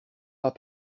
pas